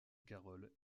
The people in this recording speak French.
carol